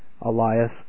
Elias